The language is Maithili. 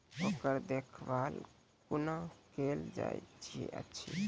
ओकर देखभाल कुना केल जायत अछि?